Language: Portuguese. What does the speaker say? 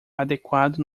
adequado